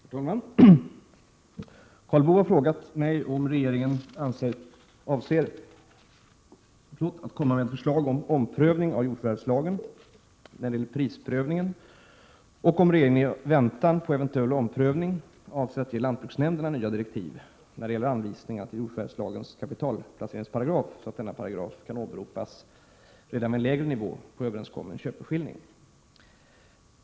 Herr talman! Karl Boo har frågat mig om regeringen avser att komma med förslag om omprövning av jordförvärvslagen, avseende prisprövningen, och om regeringen i väntan på eventuell omprövning avser att ge lantbruksnämnderna nya direktiv vad gäller anvisningarna till jordförvärvslagens kapitalplaceringsparagraf så att denna paragraf kan åberopas redan vid en lägre nivå på överenskommen köpeskilling.